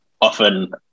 often